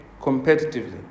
competitively